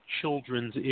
children's